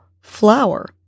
flower